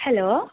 hello